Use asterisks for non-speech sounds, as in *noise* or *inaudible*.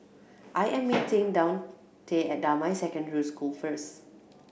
I am *noise* meeting Daunte at Damai Secondary School first